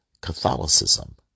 Catholicism